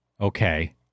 Okay